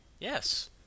Yes